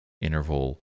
interval